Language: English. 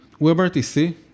WebRTC